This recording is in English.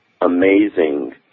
amazing